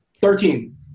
Thirteen